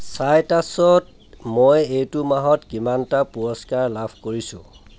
চাইট্ৰাছত মই এইটো মাহত কিমানটা পুৰস্কাৰ লাভ কৰিছোঁ